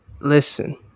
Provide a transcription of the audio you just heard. listen